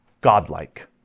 godlike